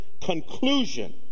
conclusion